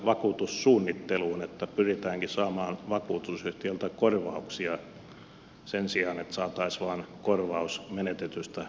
pyritäänkin saamaan vakuutusyhtiöltä korvauksia sen sijaan että saataisiin vain korvaus menetetystä